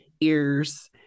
ears